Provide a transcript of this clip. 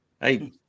Hey